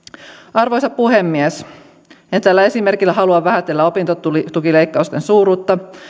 arvoisa puhemies en tällä esimerkillä halua vähätellä opintotukileikkausten suuruutta